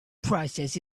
process